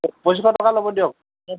পঁচিছশ টকা ল'ব দিয়ক